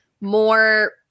more